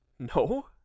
No